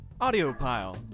Audiopile